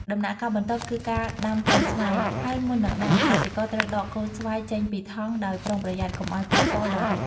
ដំណាក់កាលបន្ទាប់គឺការដាំកូនស្វាយ ហើយមុននឹងដាំ កសិករត្រូវដកកូនស្វាយចេញពីថង់ដោយប្រុងប្រយ័ត្ន កុំឲ្យប៉ះពាល់ដល់ឫស។